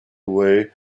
way